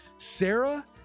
sarah